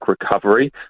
recovery